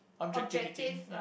objectivity yeap